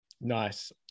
Nice